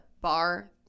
bar